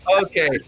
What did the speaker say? Okay